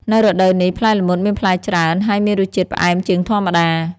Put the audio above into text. នៅរដូវនេះ ផ្លែល្មុតមានផ្លែច្រើន ហើយមានរសជាតិផ្អែមជាងធម្មតា។